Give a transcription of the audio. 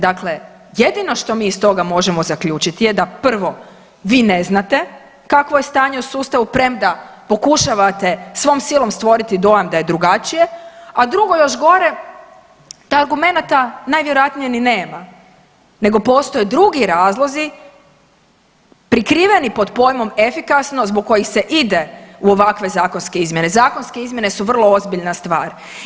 Dakle, jedino što mi iz toga možemo zaključit je da prvo vi ne znate kakvo je stanje u sustavu premda pokušavate svom silom stvoriti dojam da je drugačije, a drugo još gore da argumenata najvjerojatnije ni nema nego postoje drugi razlozi, prikriveni pod pojmom efikasnost zbog kojih se ide u ovakve zakonske izmjene, zakonske izmjene su vrlo ozbiljna stvar.